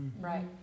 Right